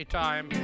time